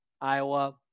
Iowa